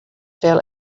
fell